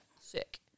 Sick